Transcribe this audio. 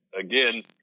again